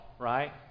right